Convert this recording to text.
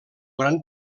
gran